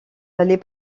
les